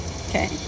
okay